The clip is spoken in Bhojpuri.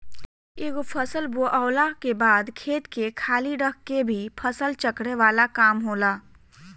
एगो फसल बोअला के बाद खेत के खाली रख के भी फसल चक्र वाला काम होला